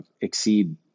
exceed